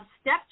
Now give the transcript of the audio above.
Step